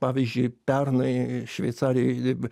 pavyzdžiui pernai šveicarijoj